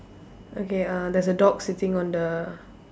okay uh there's a dog sitting on the